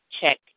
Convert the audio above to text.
Check